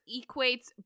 equates